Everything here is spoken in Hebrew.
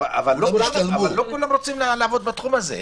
אבל לא כולם רוצים לעסוק בתחום הזה.